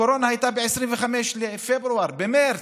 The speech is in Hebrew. הקורונה הייתה ב-25 בפברואר, במרץ,